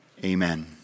Amen